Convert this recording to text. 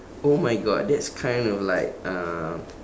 oh my god that's kind of like um